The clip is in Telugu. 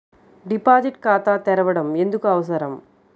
డిపాజిట్ ఖాతా తెరవడం ఎందుకు అవసరం?